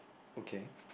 okay